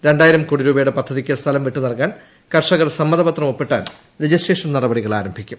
രണ്ടായിരം കോടിരൂപയുടെ പദ്ധതിക്ക് സ്ഥലം വിട്ടുനൽകാൻ കർഷകർ സമ്മതപത്രം ഒപ്പിട്ടാൽ രജിസ്ട്രേഷൻ നടപടികൾ ആരംഭിക്കും